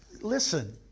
Listen